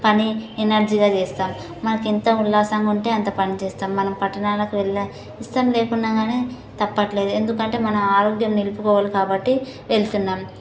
పని ఎనర్జీగా చేస్తాం మాకు ఇంత ఉల్లాసంగా ఉంటే అంత పని చేస్తాం మనం పట్టణాలకు వెళ్ళడం ఇష్టం లేకున్నా కానీ తప్పట్లేదు ఎందుకంటే మన ఆరోగ్యం నిలుపుకోవాలి కాబట్టి వెళ్తున్నాం